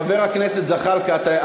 חבר הכנסת זחאלקה,